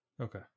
Okay